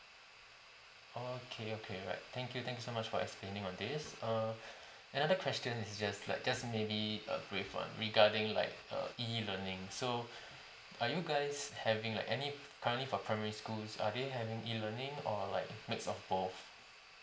okay okay alright thank you thank you so much for explaining on these err another question is just like just maybe uh brief one regarding like a e learning so are you guys having like any currently for primary schools are they having e learning or like mix of both